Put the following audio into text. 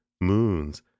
moons